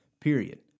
period